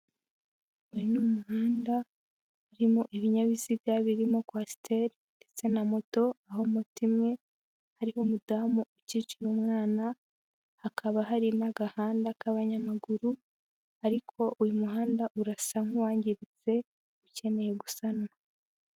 Uyu ni umuhanda urimo ibinyabiziga birimo coaster ndetse na moto, aho moti imwe hariho umudamu ukikiye umwana, hakaba hari n'agahanda k'abanyamaguru, ariko uyu muhanda urasa nkuwangiritse ukeneye gusanwa.